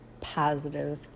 positive